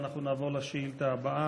אנחנו נעבור לשאילתה הבאה,